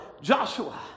Joshua